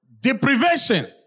deprivation